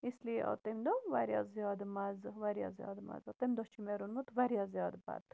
اس لیے آو تَمہِ دۄہ واریاہ زیادٕ مَزٕ واریاہ زیادٕ مَزٕ تَمہِ دۄہ چھُ مےٚ روٚنمُت واریاہ زیادٕ بتہٕ